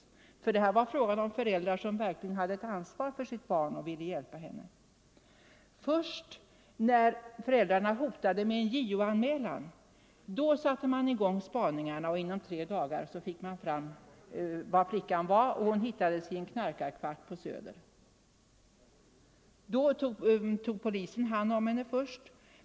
Detta var Nr 129 föräldrar som verkligen kände ansvar för sitt barn och ville hjälpa henne. Onsdagen den Först när föräldrarna hotade med JO-anmälan satte man i gång spaning — 27 november 1974 arna och inom tre dagar visste man var flickan fanns. Hon hittades i en knarkarkvart på Söder. Polisen tog hand om henne först.